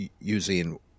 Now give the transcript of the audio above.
using